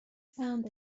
found